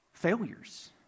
failures